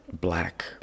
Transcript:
black